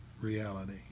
reality